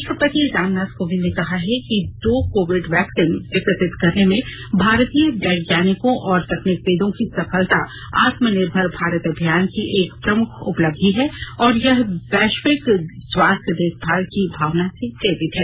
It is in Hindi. राष्ट्रपति रामनाथ कोविंद ने कहा है कि दो कोविड वैक्सीन विकसित करने में भारतीय वैज्ञानिकों और तकनीकविदों की सफलता आत्मनिर्भर भारत अभियान की एक प्रमुख उपलब्धि है और यह वैश्विक स्वास्थ्य देखभाल की भावना से प्रेरित है